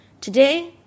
Today